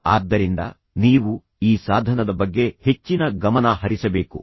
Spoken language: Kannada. ಆದ್ದರಿಂದ ನೀವು ಈ ಸಾಧನದ ಬಗ್ಗೆ ಹೆಚ್ಚಿನ ಗಮನ ಹರಿಸಬೇಕು